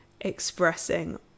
expressing